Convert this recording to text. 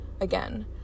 again